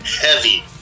heavy